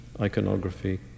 iconography